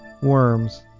worms